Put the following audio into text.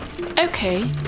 Okay